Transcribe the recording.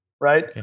right